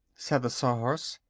said the sawhorse.